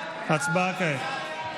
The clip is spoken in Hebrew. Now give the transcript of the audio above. הצבעה כעת.